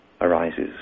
arises